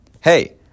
Hey